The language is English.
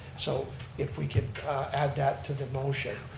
so if we could add that to the motion,